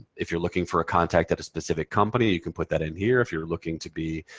if you're looking for a contact at a specific company, you can put that in here. if you're looking to be,